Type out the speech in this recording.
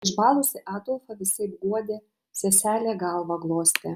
išbalusį adolfą visaip guodė seselė galvą glostė